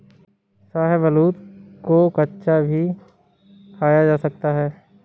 शाहबलूत को कच्चा भी खाया जा सकता है